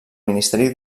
ministeri